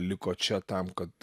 liko čia tam kad